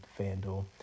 FanDuel